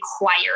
required